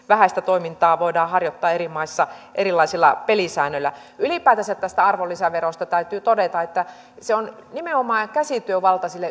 vähäistä toimintaa voidaan harjoittaa eri maissa erilaisilla pelisäännöillä ylipäätänsä tästä arvonlisäverosta täytyy todeta että nimenomaan monet käsityövaltaiset